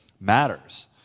matters